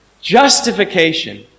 Justification